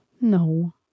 No